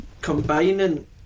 Combining